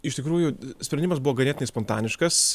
iš tikrųjų sprendimas buvo ganėtinai spontaniškas